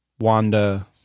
Wanda